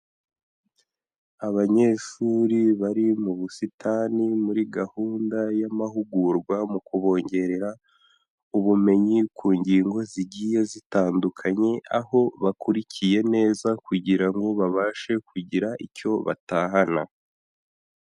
Abanyeshuri bari mu busitani muri gahunda y'amahugurwa mu kubongerera ubumenyi ku ngingo zigiye zitandukanye, aho bakurikiye neza kugira ngo babashe kugira icyo batahana.